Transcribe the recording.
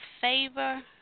favor